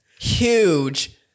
huge